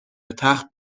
تخت